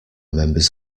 members